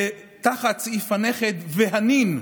תחת סעיף הנכד והנין,